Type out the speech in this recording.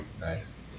Nice